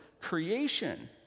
creation